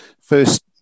First